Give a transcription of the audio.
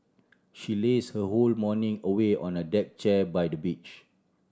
she laze her whole morning away on the deck chair by the beach